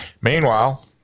Meanwhile